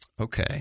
Okay